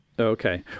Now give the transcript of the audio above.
Okay